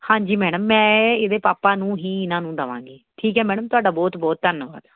ਹਾਂਜੀ ਮੈਡਮ ਮੈਂ ਇਹਦੇ ਪਾਪਾ ਨੂੰ ਹੀ ਇਹਨਾਂ ਨੂੰ ਦੇਵਾਂਗੀ ਠੀਕ ਹੈ ਮੈਡਮ ਤੁਹਾਡਾ ਬਹੁਤ ਬਹੁਤ ਧੰਨਵਾਦ